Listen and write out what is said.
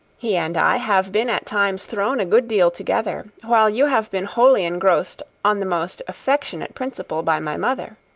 he and i have been at times thrown a good deal together, while you have been wholly engrossed on the most affectionate principle by my mother.